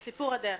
נכון,